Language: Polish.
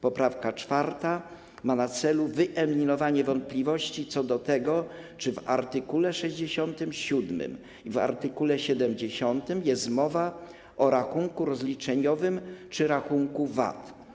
Poprawka 4. ma na celu wyeliminowanie wątpliwości co do tego, czy w art. 67 i art. 70 jest mowa o rachunku rozliczeniowym, czy rachunku VAT.